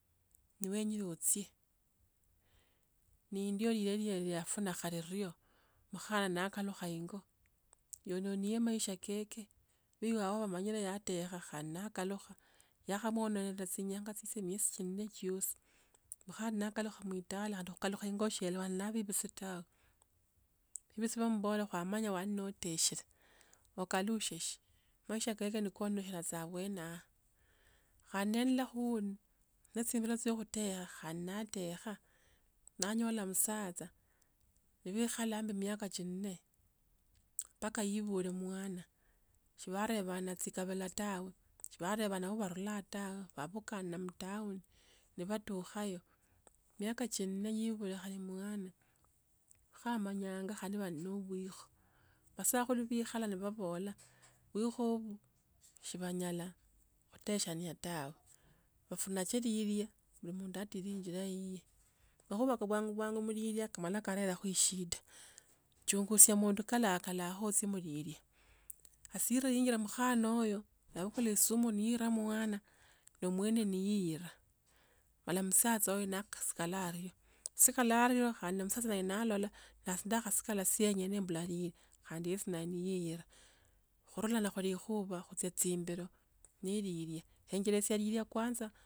Nowenyele ochie nendio leliyo yafunakwo irio makhandi nakalukha ingo, yenonie maisha keke kho ibe umanyile watesia khandi nakalukha yakhamwonelia chinyanga chichwe miesi chinne chiosi mala khandi nakalukha muitala mala khandi khu miesi chiosi ingo sali ne bebusi tawe, bebusi bamubola ifwe kwamanya wanile wateshiele okalukhe shi, maisha keke nakanonekya saa abwene ao, khandi nalolakho wundi nechinjila chya khutekha khandi naatekha nanyola musacha nabekhala miaka aembi miaka chinne mpake naebule mwana shibarebana chikabila tawe, shiabaremana oo barula tawe, babukana mutown nebatukhayo miaka chinne yebule khale mwana, khamanyanga khane bali nende bwikho, basakhalu baekhala nabobola bwikho ubu shibanyala khutesiana tawe bafunache lilwe khuli mundu atile injila yiye makhubako bwangu bwangu lilwe kamala kalerako shida, chungusia mundu kalakala kho ichie mulilye, hasira yenjila mkhana oyo, yabukula esumu nera mwana na mwene yeira mala musacha nasikala aryo, khusikala aryo khandi ne musacha na alola basi ndakhasikala siengene mbula lilye khandi yesi neyiira khurula khu likhuba khuchia chimbilo ne lilye, tembelesia lilye kwanza.